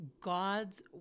God's